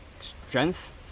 strength